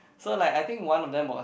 so like I think one of them was